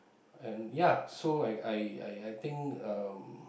and ya so I I I I think um